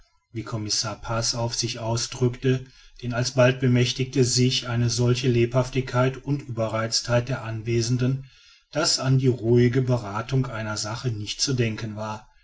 wie commissar passauf sich ausdrückte denn alsbald bemächtigte sich eine solche lebhaftigkeit und ueberreiztheit der anwesenden daß an die ruhige berathung einer sache nicht zu denken war